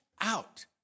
out